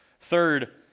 Third